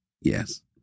Yes